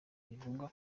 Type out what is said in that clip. rivuga